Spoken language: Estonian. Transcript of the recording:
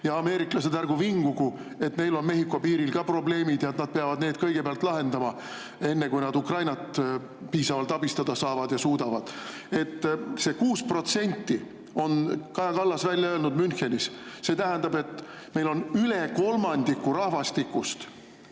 ja ameeriklased ärgu vingugu, et neil on Mehhiko piiril ka probleemid ja et nad peavad need kõigepealt lahendama, enne kui nad Ukrainat piisavalt abistada saavad ja suudavad. Selle 6% on Kaja Kallas välja öelnud Münchenis. See tähendab, et meil on üle kolmandiku rahvastikust